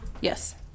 Yes